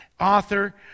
author